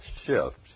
shift